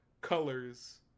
colors